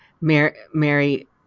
Mary